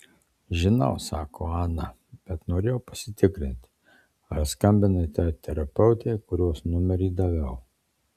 žinau sako ana bet norėjau pasitikrinti ar skambinai tai terapeutei kurios numerį daviau